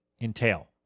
entail